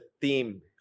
theme